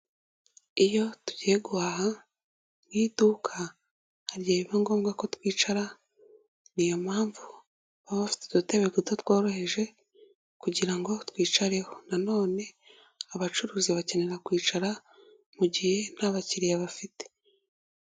Iyo tugiye guhaha mu iduka, hari igihe biba ngombwa ko twicara niyo mpamvu baba bafite udutebe duto tworoheje kugira ngo twicareho, nanone abacuruza bakenera kwicara mu mugihe nta bakiriya bafite.